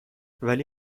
ولی